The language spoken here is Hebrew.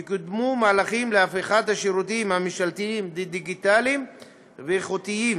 יקודמו מהלכים להפיכת השירותים הממשלתיים לדיגיטליים ואיכותיים,